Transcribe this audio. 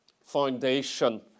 foundation